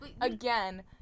again